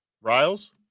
Riles